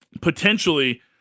potentially